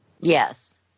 Yes